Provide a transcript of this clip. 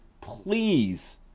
please